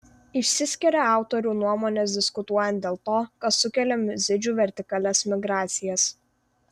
išsiskiria autorių nuomonės diskutuojant dėl to kas sukelia mizidžių vertikalias migracijas